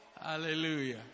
Hallelujah